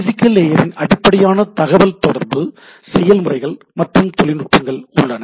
physical லேயரில் அடிப்படையான தகவல் தொடர்பு செயல்முறைகள் மற்றும் தொழில்நுட்பங்கள் உள்ளன